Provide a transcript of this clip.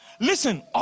listen